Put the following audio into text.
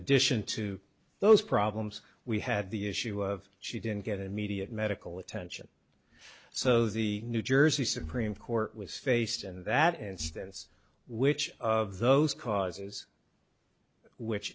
addition to those problems we had the issue of she didn't get immediate medical attention so the new jersey supreme court was faced in that instance which of those causes which